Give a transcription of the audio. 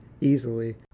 easily